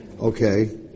okay